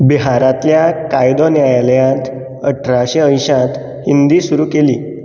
बिहारांतल्या कायदो न्यायालयांत अठराशे अंयशांत हिंदी सुरू केली